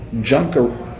junk